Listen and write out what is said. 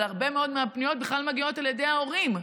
אבל הרבה מאוד מהפניות בכלל מגיעות על ידי ההורים.